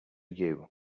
you